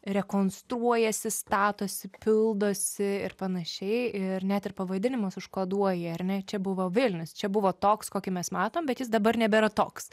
rekonstruojasi statosi pildosi ir panašiai ir net ir pavadinimus užkoduoji ar ne čia buvo vilnius čia buvo toks kokį mes matom bet jis dabar nebėra toks